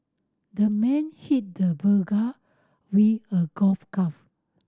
the man hit the burglar with a golf club